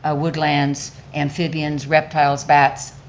ah woodlands, amphibians, reptiles, bats,